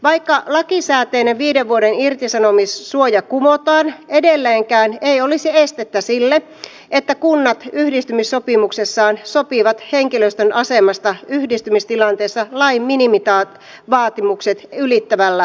vaikka lakisääteinen viiden vuoden irtisanomissuoja kumotaan edelleenkään ei olisi estettä sille että kunnat yhdistymissopimuksessaan sopivat henkilöstön asemasta yhdistymistilanteessa lain minivaatimukset ylittävällä tavalla